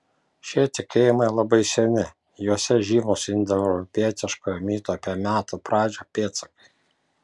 šie tikėjimai labai seni juose žymūs indoeuropietiškojo mito apie metų pradžią pėdsakai